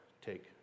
take